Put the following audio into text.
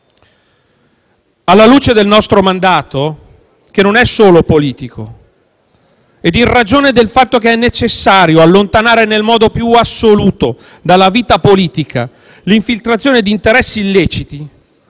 Alla luce del nostro mandato, che non è solo politico, e in ragione del fatto che è necessario allontanare nel modo più assoluto dalla vita politica l'infiltrazione di interessi illeciti,